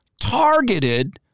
targeted